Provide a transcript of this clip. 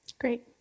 great